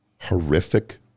horrific